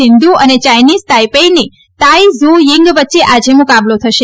સિંધુ અને ચાઇનીઝ તાઇપાઈની તાઇ ગ્રુ યીંગ વચ્ચે આજે મુકાબલો થશે